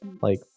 like-